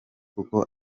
kuko